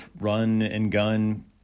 run-and-gun